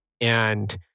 And-